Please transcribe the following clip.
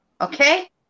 okay